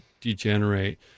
degenerate